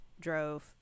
drove